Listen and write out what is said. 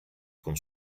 con